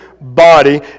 body